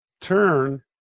turn